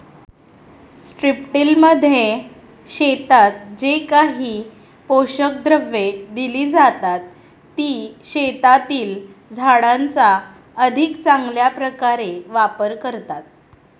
स्ट्रिपटिलमध्ये शेतात जे काही पोषक द्रव्ये दिली जातात, ती शेतातील झाडांचा अधिक चांगल्या प्रकारे वापर करतात